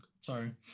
Sorry